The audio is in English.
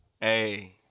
Hey